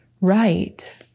right